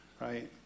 right